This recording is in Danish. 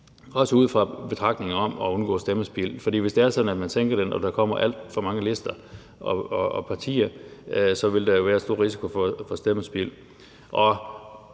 også ud fra en betragtning om at undgå stemmespild. For hvis det er sådan, at man sænker det og der kommer alt for mange lister og partier, vil der jo være en stor risiko for at få stemmespild.